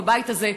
בבית הזה,